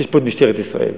שפה יש משטרת ישראל.